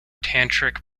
tantric